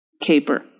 Caper